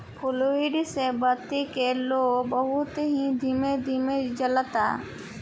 fluid से बत्ती के लौं बहुत ही धीमे धीमे जलता